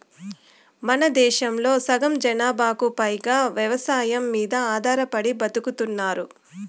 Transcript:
మనదేశంలో సగం జనాభాకు పైగా వ్యవసాయం మీద ఆధారపడి బతుకుతున్నారు